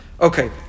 Okay